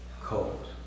cold